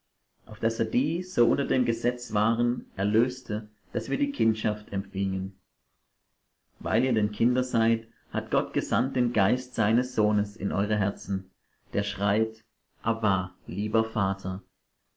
auf daß er die so unter dem gesetz waren erlöste daß wir die kindschaft empfingen weil ihr denn kinder seid hat gott gesandt den geist seines sohnes in eure herzen der schreit abba lieber vater